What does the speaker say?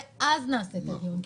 ואז נעשה פה דיון.